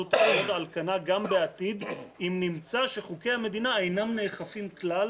זו תעמוד על כנה גם בעתיד אם נמצא שחוקי המדינה אינם נאכפים כלל